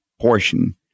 portion